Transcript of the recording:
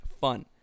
fun